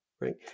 right